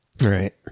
Right